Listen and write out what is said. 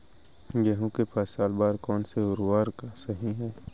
गेहूँ के फसल के बर कोन से उर्वरक सही है?